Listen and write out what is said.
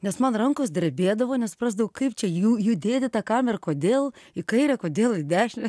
nes man rankos drebėdavo nesuprasdavau kaip čia jų judėti tą kamerą kodėl į kairę kodėl į dešinę